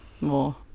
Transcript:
more